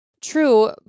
True